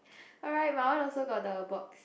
alright my one also got the box